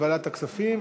לוועדת הכספים,